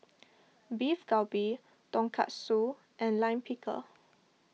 Beef Galbi Tonkatsu and Lime Pickle